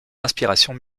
inspirations